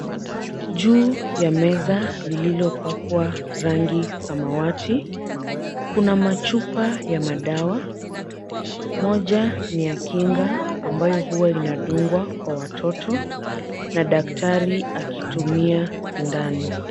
Juu ya meza lililopakwa rangi samawati, kuna machupa ya madawa, moja ni ya kinga ambayo huwa inadungwa kwa watoto na daktari akitumia sindano.